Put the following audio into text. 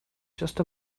just